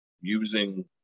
using